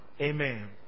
Amen